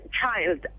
child